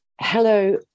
Hello